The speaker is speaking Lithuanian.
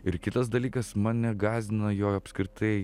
ir kitas dalykas mane gąsdina jo apskritai